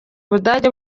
budage